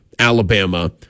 Alabama